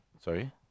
Sorry